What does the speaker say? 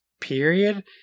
period